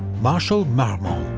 marshal marmont